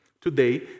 Today